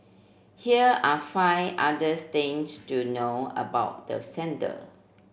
here are five other things to know about the centre